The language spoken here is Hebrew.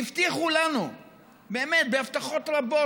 והבטיחו לנו באמת בהבטחות רבות,